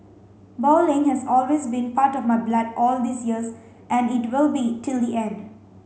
bowling has always been part of my blood all these years and it will be till the end